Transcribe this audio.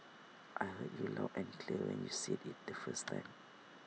I heard you loud and clear when you said IT the first time